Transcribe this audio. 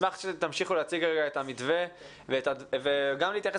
נשמח אם תמשיכו להציג את המתווה וכמובן גם להתייחס